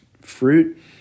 fruit